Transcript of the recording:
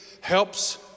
helps